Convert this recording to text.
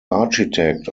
architect